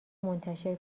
منتشر